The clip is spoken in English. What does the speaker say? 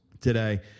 today